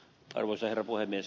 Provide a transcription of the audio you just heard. arvoisa herra puhemies